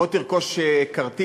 בוא, תרכוש כרטיס,